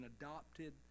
adopted